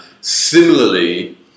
Similarly